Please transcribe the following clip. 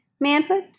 Manhood